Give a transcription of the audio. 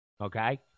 Okay